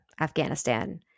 Afghanistan